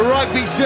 Rugby